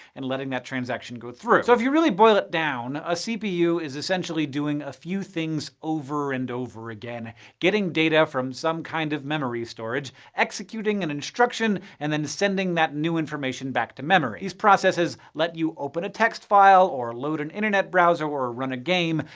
and letting that transaction go through. so, if you really boil it down, a cpu is essentially doing a few things over and over again getting data from some kind of memory storage, executing executing an instruction, and then sending that new information back to memory. these processes let you open a text file, load an internet browser, or run a game.